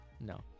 No